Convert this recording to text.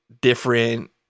different